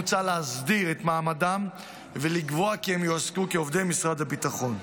מוצע להסדיר את מעמדם ולקבוע כי הם יועסקו כעובדי משרד הביטחון.